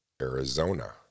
arizona